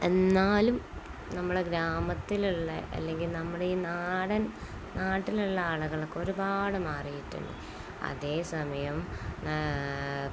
എന്നാലും നമ്മുടെ ഗ്രാമത്തിലുള്ള അല്ലെങ്കില് നമ്മുടെ ഈ നാടൻ നാട്ടിലുള്ള ആളകളൊക്കെ ഒരുപാടു മാറിയിട്ടുണ്ട് അതേ സമയം